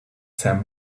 sam